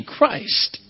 Christ